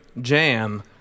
jam